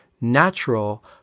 natural